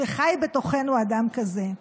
שחי בתוכנו אדם כזה.